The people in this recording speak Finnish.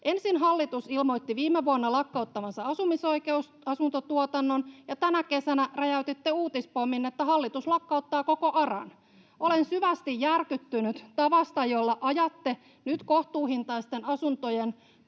Ensin hallitus ilmoitti viime vuonna lakkauttavansa asumisoikeusasuntotuotannon, ja tänä kesänä räjäytitte uutispommin, että hallitus lakkauttaa koko ARAn. Olen syvästi järkyttynyt tavasta, jolla ajatte nyt kohtuuhintaisten asuntojen